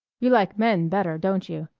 you like men better, don't you?